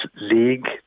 league